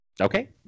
okay